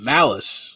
Malice